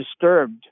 disturbed